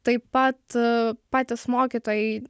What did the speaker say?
taip pat patys mokytojai